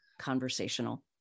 conversational